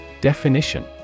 Definition